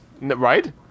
Right